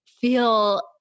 feel